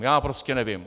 Já prostě nevím.